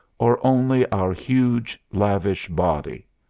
or only our huge, lavish body?